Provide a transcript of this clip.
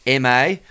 MA